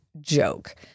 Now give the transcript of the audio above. joke